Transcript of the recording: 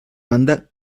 banda